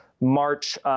March